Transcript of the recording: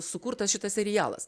sukurtas šitas serialas